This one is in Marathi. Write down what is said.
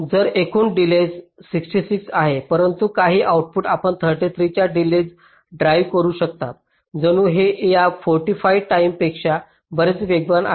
तर जरी एकूण डिलेज 66 आहे परंतु काही आउटपुट आपण 33 च्या डिलेज ड्राईव्ह करू शकता जणू हे हे या 45 टाईम पेक्षा बरेच वेगवान आहे